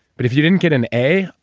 but if you didn't get an a,